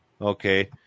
Okay